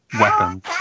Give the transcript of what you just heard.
weapons